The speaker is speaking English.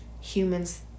humans